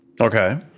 Okay